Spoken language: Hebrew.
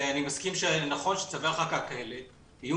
אני מסכים שנכון שצווי הרחקה כאלה יהיו